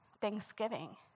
thanksgiving